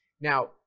Now